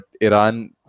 Iran